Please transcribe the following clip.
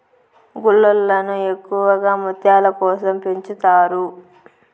గుల్లలను ఎక్కువగా ముత్యాల కోసం పెంచుతారు